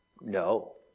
No